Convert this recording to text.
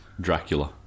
Dracula